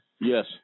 Yes